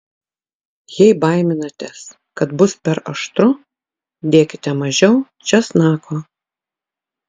jei baiminatės kad bus per aštru dėkite mažiau česnako